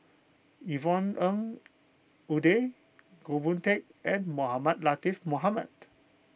Yvonne Ng Uhde Goh Boon Teck and Mohamed Latiff Mohamed